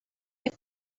you